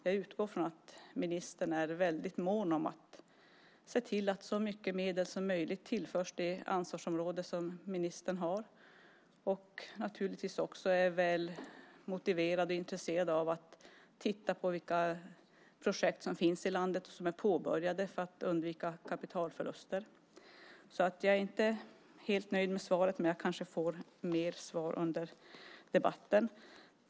Jag utgår från att ministern är väldigt mån om att se till att så omfattande medel som möjligt tillförs det ansvarsområde som ministern har och naturligtvis också att hon är väl motiverad och intresserad av att titta på vilka projekt som är påbörjade i landet för att undvika kapitalförluster. Jag är inte helt nöjd med svaret, men jag kanske får mer besked under debatten.